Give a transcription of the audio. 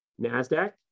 NASDAQ